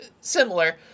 similar